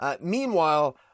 meanwhile